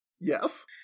Yes